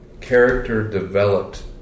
character-developed